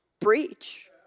preach